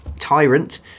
tyrant